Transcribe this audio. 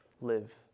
live